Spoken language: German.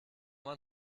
man